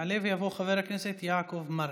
יעלה ויבוא חבר הכנסת יעקב מרגי.